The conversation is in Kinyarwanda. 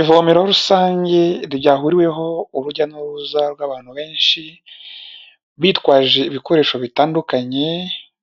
Ivomero rusange ryahuriweho urujya n'uruza rw'abantu benshi, bitwaje ibikoresho bitandukanye